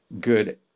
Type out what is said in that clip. good